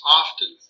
often